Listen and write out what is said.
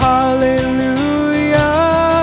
Hallelujah